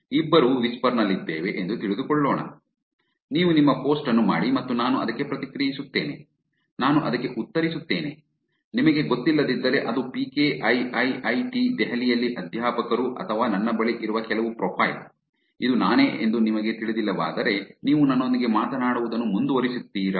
ಇಬ್ಬರೂ ವಿಸ್ಪರ್ ನಲ್ಲಿದ್ದೇವೆ ಎಂದು ತೆಗೆದುಕೊಳ್ಳೋಣ ನೀವು ನಿಮ್ಮ ಪೋಸ್ಟ್ ಅನ್ನು ಮಾಡಿ ಮತ್ತು ನಾನು ಅದಕ್ಕೆ ಪ್ರತಿಕ್ರಿಯಿಸುತ್ತೇನೆ ನಾನು ಅದಕ್ಕೆ ಉತ್ತರಿಸುತ್ತೇನೆ ನಿಮಗೆ ಗೊತ್ತಿಲ್ಲದಿದ್ದರೆ ಅದು ಪಿಕೆ ಐಐಐಟಿ ದೆಹಲಿ ಯಲ್ಲಿ ಅಧ್ಯಾಪಕರು ಅಥವಾ ನನ್ನ ಬಳಿ ಇರುವ ಕೆಲವು ಪ್ರೊಫೈಲ್ ಇದು ನಾನೇ ಎಂದು ನಿಮಗೆ ತಿಳಿದಿಲ್ಲವಾದರೆ ನೀವು ನನ್ನೊಂದಿಗೆ ಮಾತನಾಡುವುದನ್ನು ಮುಂದುವರಿಸುತ್ತೀರಾ